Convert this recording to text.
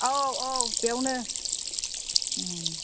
औ औ बेवनो